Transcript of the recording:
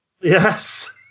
Yes